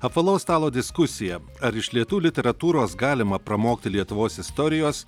apvalaus stalo diskusija ar iš lietuvių literatūros galima pramokti lietuvos istorijos